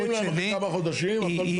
והם מדווחים להם אחרי כמה חודשים, הכל טוב.